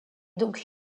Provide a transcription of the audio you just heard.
donc